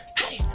hey